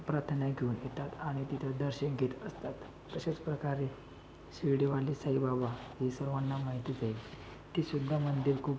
प्रार्थना घेऊन येतात आणि तिथे दर्शन घेत असतात तशाच प्रकारे शिर्डीवाले साईबाबा हे सर्वांना माहितीच आहे ते सुद्धा मंदिर खूप